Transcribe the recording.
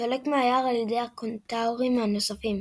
סולק מהיער על ידי הקנטאורים הנוספים.